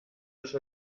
los